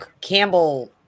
Campbell